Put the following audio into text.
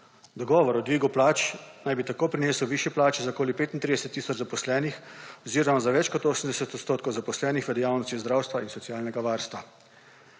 Dogovor o dvigu plač naj bi tako prinesel višje plače za okoli 35 tisoč zaposlenih oziroma za več kot 80 % zaposlenih v dejavnostih zdravstva in socialnega varstva.